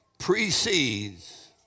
precedes